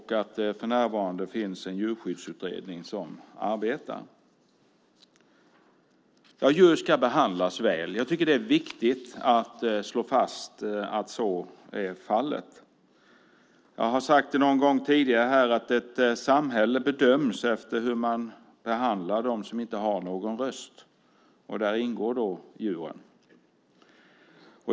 För närvarande finns det en djurskyddsutredning som arbetar. Djur ska behandlas väl. Jag tycker att det är viktigt att slå fast att så är fallet. Jag har sagt det någon gång tidigare här att ett samhälle bedöms efter hur man behandlar dem som inte har någon röst. Där ingår djuren.